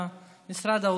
משיבה,